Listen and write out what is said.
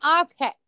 Okay